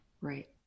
Right